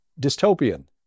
dystopian